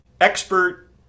Expert